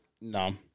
No